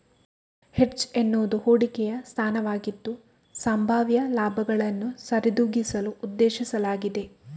hedge ಎನ್ನುವುದು ಹೂಡಿಕೆಯ ಸ್ಥಾನವಾಗಿದ್ದು, ಸಂಭಾವ್ಯ ಲಾಭಗಳನ್ನು ಸರಿದೂಗಿಸಲು ಉದ್ದೇಶಿಸಲಾಗಿದೆ